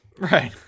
Right